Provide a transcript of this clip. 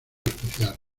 especial